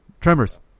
Tremors